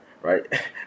Right